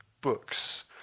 books